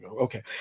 Okay